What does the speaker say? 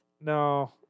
No